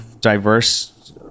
diverse